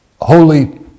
holy